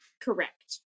Correct